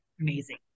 amazing